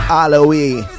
Halloween